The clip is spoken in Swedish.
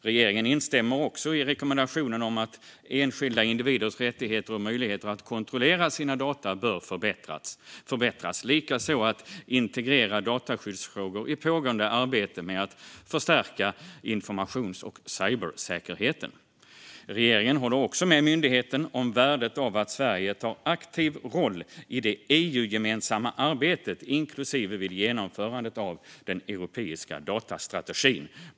Regeringen instämmer också i rekommendationen om att enskilda individers rättigheter och möjligheter att kontrollera sina data bör förbättras och att man bör integrera dataskyddsfrågor i pågående arbete med att förstärka informations och cybersäkerheten. Regeringen håller vidare med myndigheten beträffande värdet av att Sverige tar en aktiv roll i det EU-gemensamma arbetet, inklusive vid genomförandet av den europeiska datastrategin.